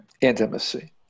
Intimacy